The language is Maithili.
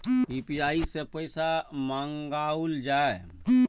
यू.पी.आई सै पैसा मंगाउल जाय?